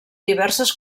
diverses